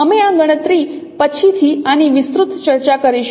અમે આ ગણતરી પછીથી આની વિસ્તૃત ચર્ચા કરીશું